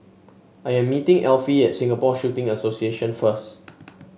I am meeting Elfie at Singapore Shooting Association first